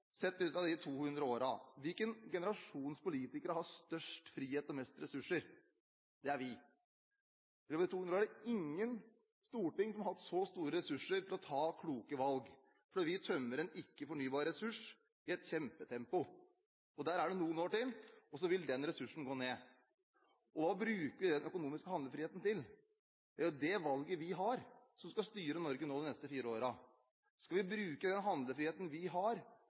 Sett ut fra de 200 årene: Hvilken generasjon politikere har hatt størst frihet og mest ressurser? Det er vi. I løpet av 200 år er det ikke noe storting som har hatt så store ressurser til å ta kloke valg, for vi tømmer en ikke-fornybar ressurs i et kjempetempo. Det varer noen år til, så vil den ressursen minke. Hva bruker vi den økonomiske handlefriheten til? Det er det valget vi som skal styre Norge de neste fire årene, har. Skal vi bruke handlefriheten vi har,